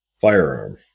firearm